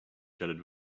jetted